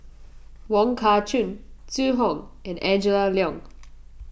Wong Kah Chun Zhu Hong and Angela Liong